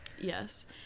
Yes